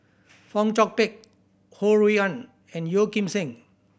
Fong Chong Pik Ho Rui An and Yeo Kim Seng